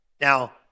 Now